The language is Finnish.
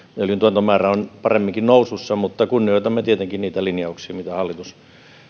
öljyn tuotantomäärä on paremmin nousussa mutta kunnioitamme tietenkin niitä linjauksia mitä hallitus